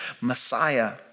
Messiah